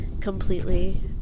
completely